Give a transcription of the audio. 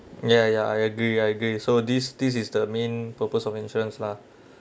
ya ya I agree I agree so this this is the main purpose of insurance lah